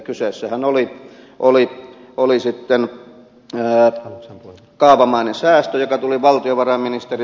kyseessähän oli kaavamainen säästö joka tuli valtiovarainministeriöstä